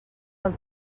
del